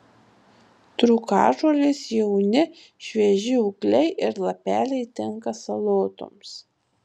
trūkažolės jauni švieži ūgliai ir lapeliai tinka salotoms